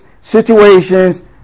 situations